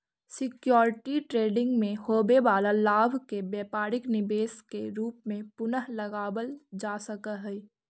security trading में होवे वाला लाभ के व्यापारिक निवेश के रूप में पुनः लगावल जा सकऽ हई